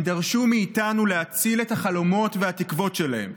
הם דרשו מאיתנו להציל את החלומות והתקוות שלהם,